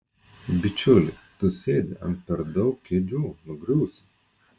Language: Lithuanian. bičiuli tu sėdi ant per daug kėdžių nugriūsi